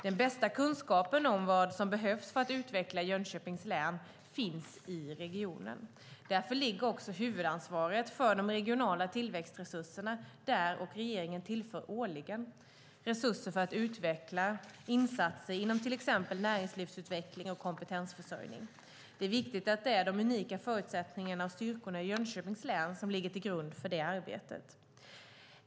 Den bästa kunskapen om vad som behövs för att utveckla Jönköpings län finns i regionen. Därför ligger också huvudansvaret för de regionala tillväxtresurserna där, och regeringen tillför årligen resurser för att utveckla insatser inom till exempel näringslivsutveckling och kompetensförsörjning. Det är viktigt att det är de unika förutsättningarna och styrkorna i Jönköpings län som ligger till grund för det arbetet.